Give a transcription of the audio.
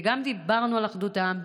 וגם דיברנו על אחדות העם.